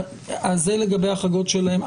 אז זה לגבי ההחרגות שלהם.